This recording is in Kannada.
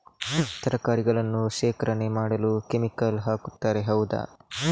ತರಕಾರಿಗಳನ್ನು ಶೇಖರಣೆ ಮಾಡಲು ಕೆಮಿಕಲ್ ಹಾಕುತಾರೆ ಹೌದ?